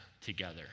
together